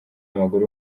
w’amaguru